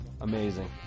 Amazing